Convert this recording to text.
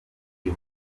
uyu